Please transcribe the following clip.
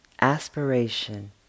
aspiration